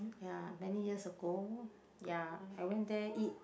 ya many years ago ya I went there eat